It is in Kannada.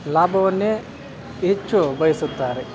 ಲಾಭವನ್ನೇ ಹೆಚ್ಚು ಬಯಸುತ್ತಾರೆ